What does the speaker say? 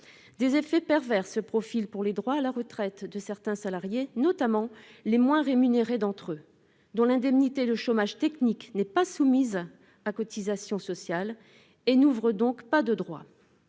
Des effets pervers se profilent pour les droits à la retraite de certains salariés, notamment les moins bien rémunérés d'entre eux, dont l'indemnité de chômage technique n'est pas soumise à cotisations sociales et n'ouvre donc pas de droits.